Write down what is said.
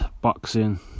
boxing